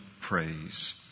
praise